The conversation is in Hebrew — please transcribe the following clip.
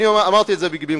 אמרתי את זה במקומך.